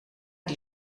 die